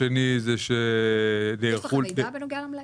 יש לכם מידע בנוגע למלאים?